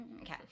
Okay